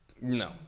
No